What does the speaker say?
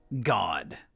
god